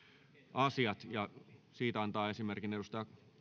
asiat ja siitä antaa esimerkin edustaja